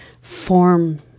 form